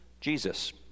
Jesus